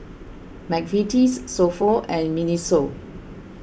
Mcvitie's So Pho and Miniso